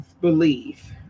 believe